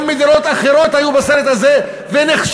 גם מדינות אחרות היו בסרט הזה ונכשלו.